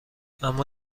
اما